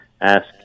ask